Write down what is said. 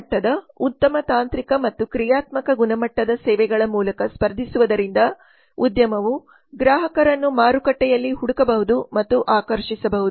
ಗುಣಮಟ್ಟದ ಉತ್ತಮ ತಾಂತ್ರಿಕ ಮತ್ತು ಕ್ರಿಯಾತ್ಮಕ ಗುಣಮಟ್ಟದ ಸೇವೆಗಳ ಮೂಲಕ ಸ್ಪರ್ಧಿಸುವುದರಿಂದ ಉದ್ಯಮವು ಗ್ರಾಹಕರನ್ನು ಮಾರುಕಟ್ಟೆಯಲ್ಲಿ ಹುಡುಕಬಹುದು ಮತ್ತು ಆಕರ್ಷಿಸಬಹುದು